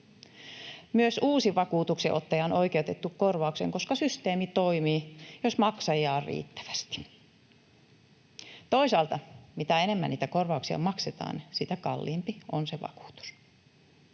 Myös uusi vakuutuksenottaja on oikeutettu korvaukseen, koska systeemi toimii, jos maksajia on riittävästi. Toisaalta mitä enemmän niitä korvauksia maksetaan, sitä kalliimpi se vakuutus